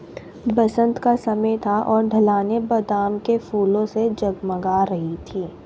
बसंत का समय था और ढलानें बादाम के फूलों से जगमगा रही थीं